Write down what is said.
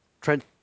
Trent